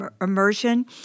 immersion